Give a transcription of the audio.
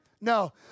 No